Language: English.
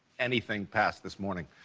anything past this morning.